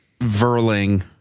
Verling